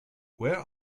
where